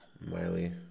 Miley